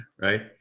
right